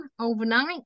overnight